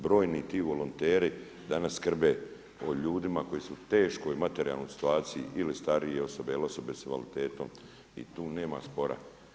Brojni ti volonteri danas skrbe o ljdima koji su u teškoj i materijalnoj situaciji, ili starije osobe ili osobe s invaliditetom i tu nema spora.